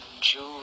Jew